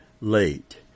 late